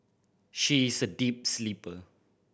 she is a deep sleeper